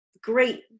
great